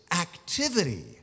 activity